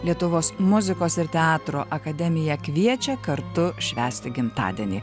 lietuvos muzikos ir teatro akademija kviečia kartu švęsti gimtadienį